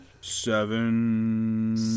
seven